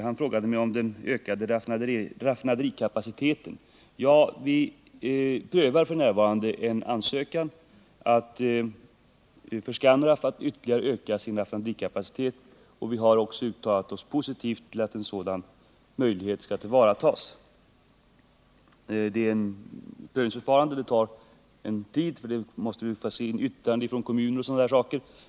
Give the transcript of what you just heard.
Han frågade mig om den ökade raffinaderikapaciteten. Vi prövar f. n. en ansökan om att Scanraff skall få öka sin raffinaderikapacitet ytterligare. Vi har uttalat oss positivt för att en sådan möjlighet tillvaratas. Detta är ett prövningsförfarande, och det tar en tid — man måste begära in yttranden från kommuner m.m.